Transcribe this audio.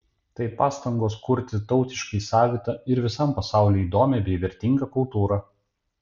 tai pastangos kurti tautiškai savitą ir visam pasauliui įdomią bei vertingą kultūrą